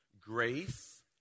grace